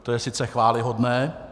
To je sice chvályhodné.